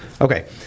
Okay